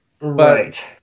Right